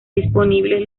disponibles